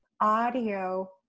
audio